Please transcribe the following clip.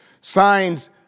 Signs